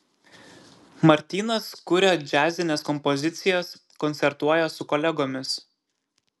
martynas kuria džiazines kompozicijas koncertuoja su kolegomis